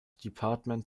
departement